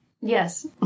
yes